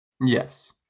Yes